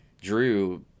Drew